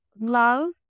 love